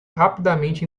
rapidamente